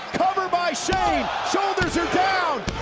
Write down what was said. covered by shane, shoulders are down